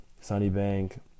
Sunnybank